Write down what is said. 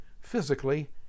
physically